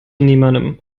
niemandem